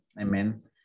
Amen